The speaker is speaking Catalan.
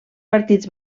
partits